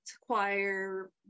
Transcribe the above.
choir